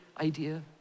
idea